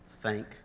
Thank